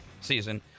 season